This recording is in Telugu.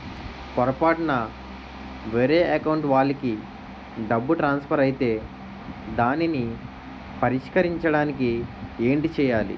పొరపాటున వేరే అకౌంట్ వాలికి డబ్బు ట్రాన్సఫర్ ఐతే దానిని పరిష్కరించడానికి ఏంటి చేయాలి?